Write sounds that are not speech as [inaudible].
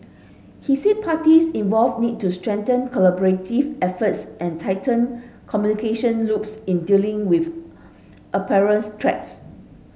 he said parties involved need to strengthen collaborative efforts and tighten communication loops in dealing with apparent [unintelligible] threats